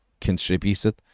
contributed